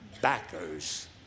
backers